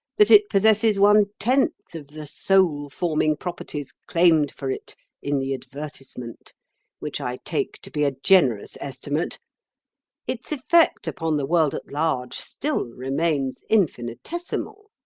that it possesses one-tenth of the soul-forming properties claimed for it in the advertisement which i take to be a generous estimate its effect upon the world at large still remains infinitesimal.